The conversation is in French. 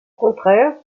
contraire